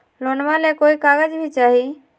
लोनमा ले कोई कागज भी चाही?